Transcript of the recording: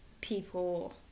people